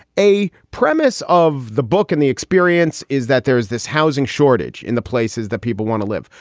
a premise of the book and the experience is that there is this housing shortage in the places that people want to live.